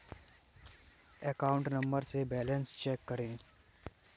Account number से balance कैसे check करें?